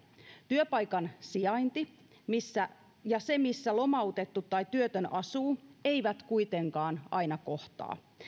työpaikan sijainti ja se missä lomautettu tai työtön asuu eivät kuitenkaan aina kohtaa